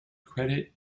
credit